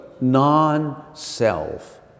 non-self